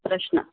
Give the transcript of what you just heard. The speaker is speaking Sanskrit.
प्रश्न